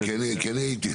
זה בסדר.